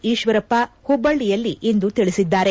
ಈಶ್ವರಪ್ಪ ಹುಬ್ಬಳ್ಳಯಳ್ಲಿಂದು ತಿಳಿಸಿದ್ದಾರೆ